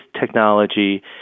technology